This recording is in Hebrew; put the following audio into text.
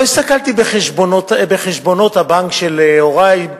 הסתכלתי בחשבונות הבנק של הורי,